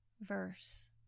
verse